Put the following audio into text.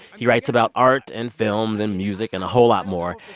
he writes about art and films and music and a whole lot more.